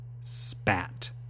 SPAT